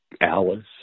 Alice